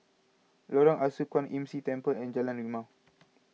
Lorong Ah Soo Kwan Imm See Temple and Jalan Rimau